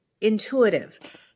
intuitive